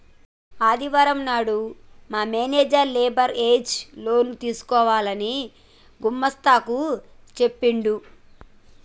ఆదివారం నాడు మా మేనేజర్ లేబర్ ఏజ్ లోన్ తీసుకోవాలని గుమస్తా కు చెప్పిండు